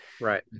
right